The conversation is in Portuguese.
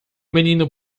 menino